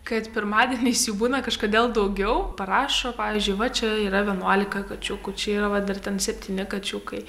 kad pirmadieniais jų būna kažkodėl daugiau parašo pavyzdžiui va čia yra vienuolika kačiukų čia yra vat dar ten septyni kačiukai